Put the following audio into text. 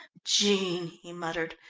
jean! he muttered.